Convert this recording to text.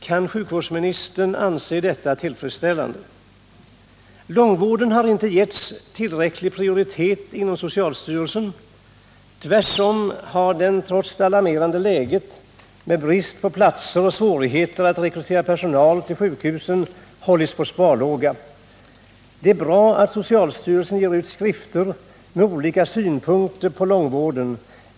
Kan sjukvårdsministern anse detta vara tillfredsställande? Långvården har inte getts tillräcklig prioritet inom socialstyrelsen. Tvärtom har den trots det alarmerande läget, med brist på platser och med svårigheter att rekrytera personal till sjukhusen, hållits på sparlåga. Det är bra att socialstyrelsen ger ut skrifter som innehåller olika synpunkter på långvården.